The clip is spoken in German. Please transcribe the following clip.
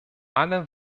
alle